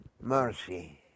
mercy